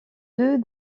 deux